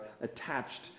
attached